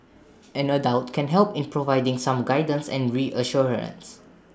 an adult can help in providing some guidance and reassurance